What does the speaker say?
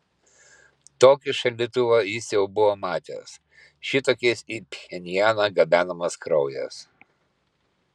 tokį šaldytuvą jis jau buvo matęs šitokiais į pchenjaną gabenamas kraujas